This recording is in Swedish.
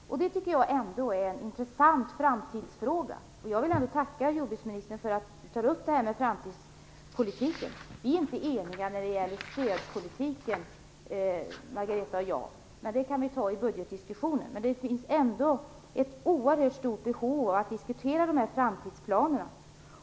Detta tycker jag är en intressant framtidsfråga. Jag vill tacka jordbruksministern för att hon tar upp framtidspolitiken. Margareta Winberg och jag är inte eniga när det gäller stödpolitiken, men det kan vi ta upp i budgetdiskussionen. Men det finns ändå ett oerhört stort behov av att diskutera framtidsplanerna.